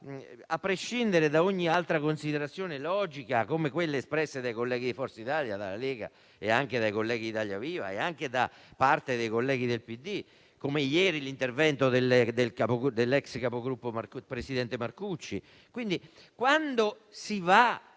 a prescindere da ogni altra considerazione logica, come quelle espresse dai colleghi di Forza Italia e della Lega e anche dai colleghi di Italia viva e di parte dei colleghi del PD, come nell'intervento di ieri dell'ex capogruppo, senatore Marcucci. Quindi, quando si va